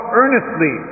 earnestly